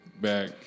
Back